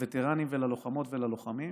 לווטרנים וללוחמות וללוחמים,